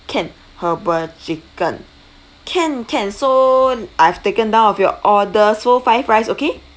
can herbal chicken can can so I've taken down of your order so five rice okay